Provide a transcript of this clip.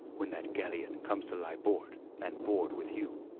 when that galleon comes to lie board and board with you?